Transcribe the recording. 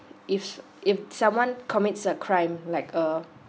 if if someone commits a crime like uh